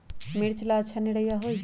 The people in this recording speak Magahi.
मिर्च ला अच्छा निरैया होई?